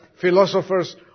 philosophers